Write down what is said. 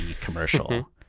commercial